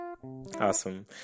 Awesome